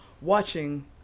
watching